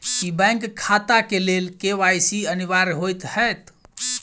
की bank खाता केँ लेल के.वाई.सी अनिवार्य होइ हएत?